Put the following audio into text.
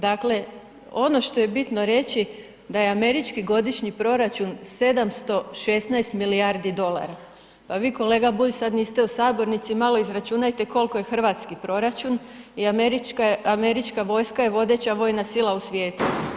Dakle, ono što je bitno reći da je američki godišnji proračun 716 milijardi dolara, pa vi kolega Bulj sad niste u sabornici malo izračunajte koliko je hrvatski proračun i američka vojska je vodeća vojna sila u svijetu.